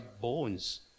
bones